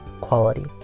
quality